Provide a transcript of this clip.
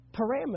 parameters